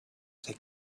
take